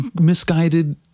Misguided